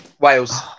Wales